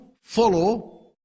follow